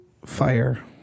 fire